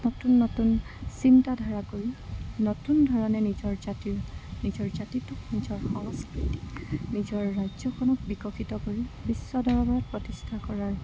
নতুন নতুন চিন্তাধাৰা কৰি নতুন ধৰণে নিজৰ জাতিৰ নিজৰ জাতিটোক নিজৰ সংস্কৃতি নিজৰ ৰাজ্যখনক বিকশিত কৰি বিশ্বদৰবাৰত প্ৰতিষ্ঠা কৰাৰ